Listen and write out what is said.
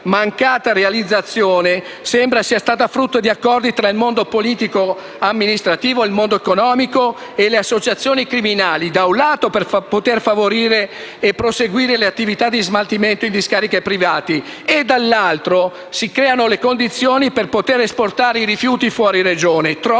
mancata realizzazione sembra sia stata frutto di accordi tra il mondo politico-amministrativo, il mondo economico e le associazioni criminali per poter - da un lato - favorire e proseguire le attività di smaltimento in discariche derivate e - dall'altro - per creare le condizioni per poter trasportare i rifiuti fuori regione.